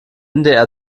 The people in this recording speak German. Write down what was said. ndr